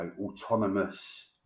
autonomous